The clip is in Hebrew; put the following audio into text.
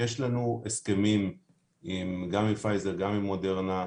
יש לנו הסכמים גם עם פייזר וגם עם מודרנה,